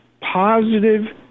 positive